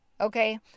okay